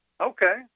Okay